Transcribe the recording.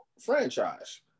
franchise